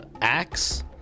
axe